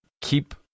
keep